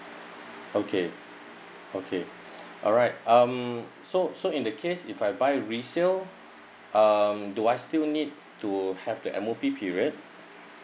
okay okay alright um so so in the case if I buy resale um do I still need to have the M_O_P period